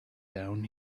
down